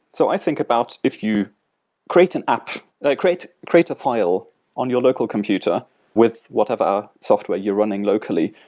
so i think about if you create an app like create create a file on your local computer with whatever software you're running locally,